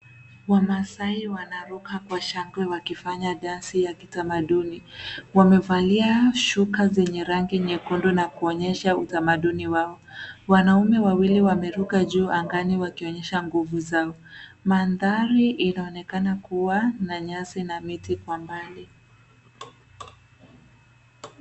Wamaasai wanaruka kwa shangwe wakifanya dansi ya kitamaduni. Wamevalia shuka zenye rangi nyekundu na kuonyesha utamaduni wao. Wanaume wawili wameruka juu angani wakionyesha nguvu zao. Mandhari inaonekana kuwa na nyasi na miti kwa mbali.